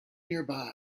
nearby